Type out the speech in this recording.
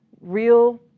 real